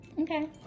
Okay